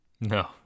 No